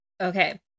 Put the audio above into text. Okay